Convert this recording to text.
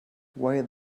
why